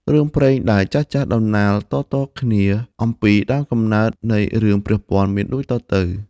រឿងព្រេងដែលចាស់ៗដំណាលតៗគ្នាអំពីដើមកំណើតនៃឈ្មោះ "ព្រះពាន់" មានដូចតទៅ។